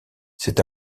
c’est